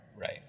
Right